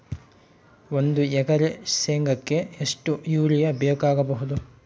ಒಂದು ಎಕರೆ ಶೆಂಗಕ್ಕೆ ಎಷ್ಟು ಯೂರಿಯಾ ಬೇಕಾಗಬಹುದು?